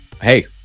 hey